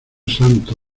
santo